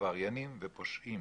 עבריינים ופושעים.